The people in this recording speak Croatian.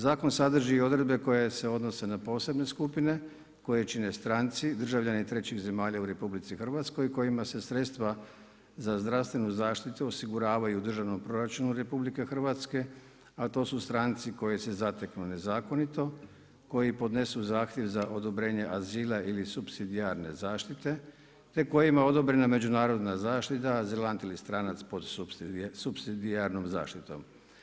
Zakon sadrži odredbe koje se odnose na posebne skupine, koje čine stranci, državljani trećih zemalja u RH, kojima se sredstva za zdravstvenu zaštitu osiguravaju u državnom proračunu RH, a to su stranci koji se zateknu nezakonito, koji podnesu zahtjev za odobrenje azila ili supsidijarne zaštite, te kojima je odobrena međunarodna zaštita, azilant ili stranac pod supsidijarnom zaštitom.